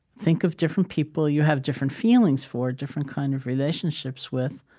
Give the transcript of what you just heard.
think of different people you have different feelings for, different kind of relationships with,